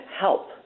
help